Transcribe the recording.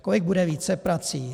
Kolik bude víceprací?